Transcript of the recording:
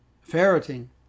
ferreting